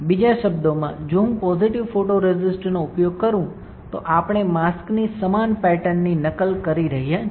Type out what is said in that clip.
બીજા શબ્દોમાં જો હું પોઝિટિવ ફોટોરેસિસ્ટનો ઉપયોગ કરું તો આપણે માસ્કની સમાન પેટર્નની નકલ કરી રહ્યા છીએ